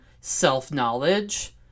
self-knowledge